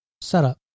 setup